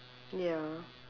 ya